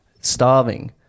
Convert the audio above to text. starving